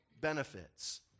benefits